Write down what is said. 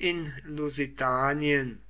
in lusitanien